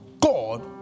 God